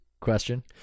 question